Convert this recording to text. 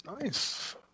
Nice